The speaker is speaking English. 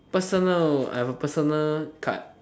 personal I have a personal card